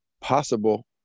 possible